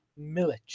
Milic